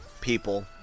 people